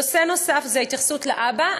נושא נוסף זה ההתייחסות לאבא.